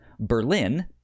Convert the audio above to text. berlin